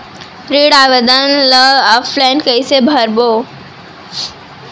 ऋण आवेदन ल ऑफलाइन कइसे भरबो?